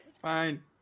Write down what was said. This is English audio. Fine